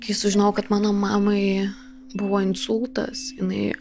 kai sužinojau kad mano mamai buvo insultas jinai